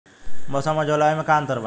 मौसम और जलवायु में का अंतर बा?